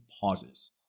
pauses